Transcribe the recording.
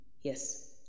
yes